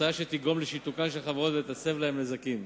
תוצאה שתגרום לשיתוקן של חברות ותסב להן נזקים.